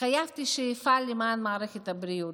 התחייבתי שאפעל למען מערכת הבריאות,